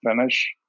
finish